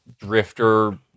drifter